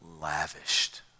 lavished